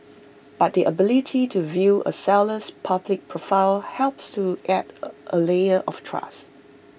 but the ability to view A seller's public profile helps to add A layer of trust